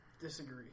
Disagree